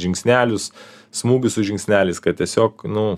žingsnelius smūgius su žingsneliais kad tiesiog nu